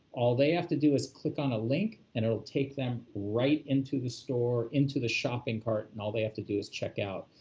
all they have to do is click on a link and it will take them right into the store into the shopping cart and all they have to do is checkout.